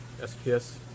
SPS